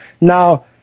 Now